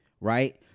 Right